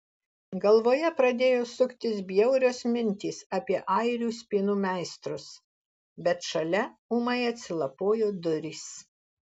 galvoje pradėjo suktis bjaurios mintys apie airių spynų meistrus bet šalia ūmai atsilapojo durys